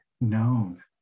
known